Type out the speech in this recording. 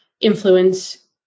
influence